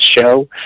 Show